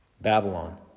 Babylon